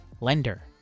Lender